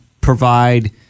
provide